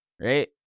right